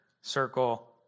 circle